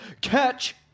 catch